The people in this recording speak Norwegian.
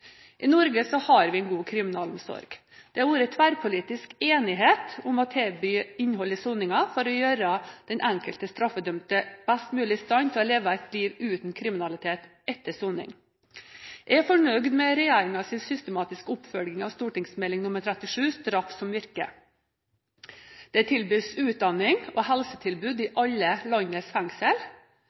I Norge har vi en god kriminalomsorg. Det har vært tverrpolitisk enighet om å tilby innhold i soningen for å gjøre den enkelte straffedømte best mulig i stand til å leve et liv uten kriminalitet etter soning. Jeg er fornøyd med regjeringens systematiske oppfølging av St.meld. nr. 37 for 2007–2008, Straff som virker. Det tilbys utdanning og helsetilbud i alle landets fengsel. Tilbud som rusmestring bygges gradvis ut både i fengsel